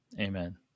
Amen